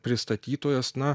pristatytojas na